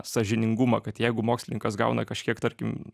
sąžiningumą kad jeigu mokslininkas gauna kažkiek tarkim